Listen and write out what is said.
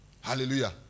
Hallelujah